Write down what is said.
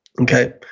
Okay